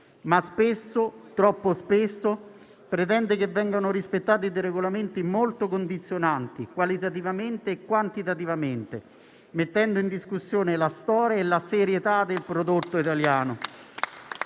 che troppo spesso però pretende che vengano rispettati dei regolamenti molto condizionanti, qualitativamente e quantitativamente, mettendo in discussione la storia e la serietà del prodotto italiano.